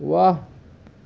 واہ